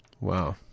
Wow